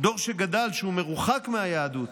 דור שגדל שהוא מרוחק מהיהדות